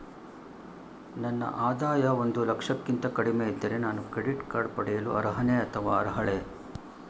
ನನ್ನ ಆದಾಯ ಒಂದು ಲಕ್ಷಕ್ಕಿಂತ ಕಡಿಮೆ ಇದ್ದರೆ ನಾನು ಕ್ರೆಡಿಟ್ ಕಾರ್ಡ್ ಪಡೆಯಲು ಅರ್ಹನೇ ಅಥವಾ ಅರ್ಹಳೆ?